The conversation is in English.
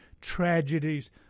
tragedies